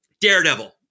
Daredevil